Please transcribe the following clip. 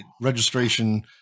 registration